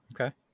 Okay